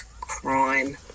crime